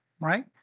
right